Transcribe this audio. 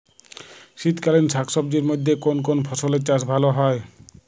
শীতকালীন শাকসবজির মধ্যে কোন কোন ফসলের চাষ ভালো হয়?